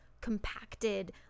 Compacted